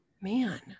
Man